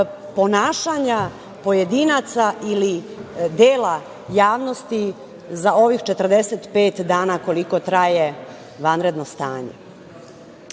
ponašanja pojedinaca ili dela javnosti za ovih 45 dana, koliko traje vanredno stanje. Ja